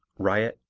riot,